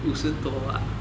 五十多啊